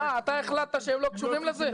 --- אה אתה החלטת שהם לא קשורים לזה.